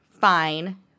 fine